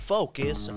Focus